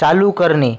चालू करणे